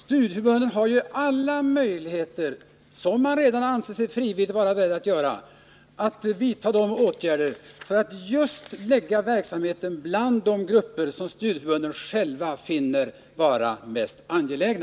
Studieförbunden har ju alla möjligheter att vidta åtgärder — som de redan frivilligt ansett sig vara beredda att göra — för att lägga verksamheten bland de grupper som studieförbunden själva finner vara mest angelägna.